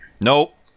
nope